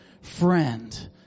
friend